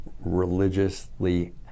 religiously